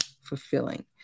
fulfilling